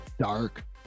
Dark